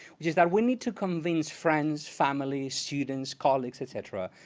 which is that we need to convince friends, family, students, colleagues, et cetera,